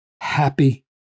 happy